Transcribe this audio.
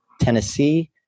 Tennessee